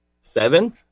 Seven